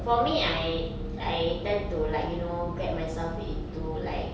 for me I I tend to like you know get myself into like